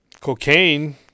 Cocaine